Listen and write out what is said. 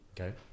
Okay